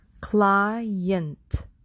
client